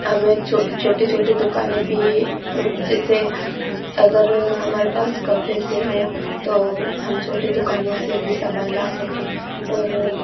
हमें छो छोटी छोटी दुकानें भी जैसे अगर हमारे पास कम पैसे हों तो हम छोटी दुकानों से भी सामान ला सकें और